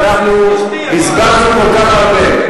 שאנחנו בזבזנו כל כך הרבה.